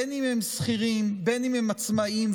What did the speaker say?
בין שהם שכירים ובין שהם עצמאים,